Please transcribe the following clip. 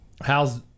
how's